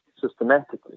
systematically